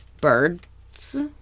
birds